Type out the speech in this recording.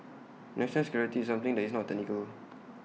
national security is something that is not technical